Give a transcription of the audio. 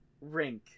Rink